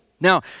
Now